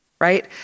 right